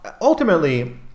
ultimately